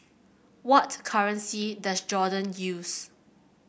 what currency does Jordan use